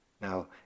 Now